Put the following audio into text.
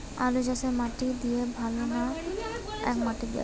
আলুচাষে মাটি দিলে ভালো না একমাটি দিয়ে চাষ ভালো?